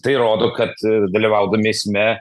tai rodo kad dalyvaudami eisme